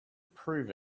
prove